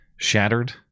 Shattered